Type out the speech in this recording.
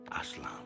Aslan